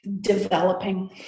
developing